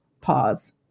Pause